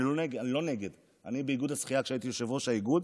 אני לא נגד, כשהייתי יושב-ראש איגוד